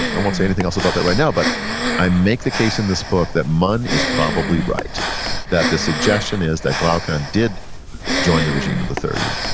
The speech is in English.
i won't say anything else about that right now, but i make the case in this book that munn is probably right that the suggestion is that glaucon did join the regime of the thirty,